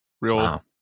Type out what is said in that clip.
real